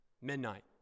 Midnight